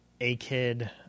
A-Kid